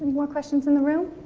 more questions in the room?